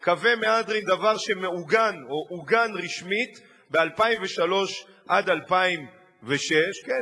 קווי מהדרין: דבר שמעוגן או עוגן רשמית ב-2003 2006. כן,